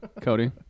Cody